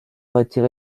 retiré